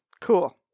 Cool